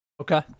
okay